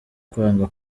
kwanga